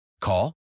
Call